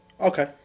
Okay